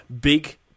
Big